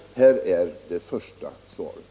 Och här är det första svaret.